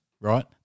right